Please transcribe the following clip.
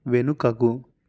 వెనుకకు